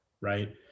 right